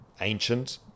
ancient